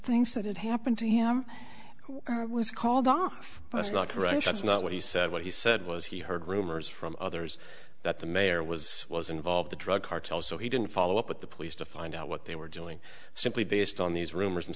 things that had happened to him was called off that's not correct that's not what he said what he said was he heard rumors from others that the mayor was was involved the drug cartel so he didn't follow up with the police to find out what they were doing simply based on these rumors and